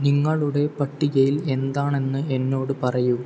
നിങ്ങളുടെ പട്ടികയിൽ എന്താണെന്ന് എന്നോട് പറയൂ